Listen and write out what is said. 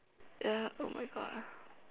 ya oh my God